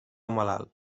malalt